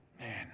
Man